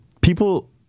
people